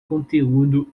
conteúdo